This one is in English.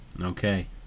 Okay